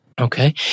Okay